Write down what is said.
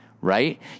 right